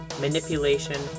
manipulation